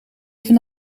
even